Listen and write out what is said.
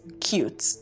cute